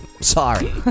Sorry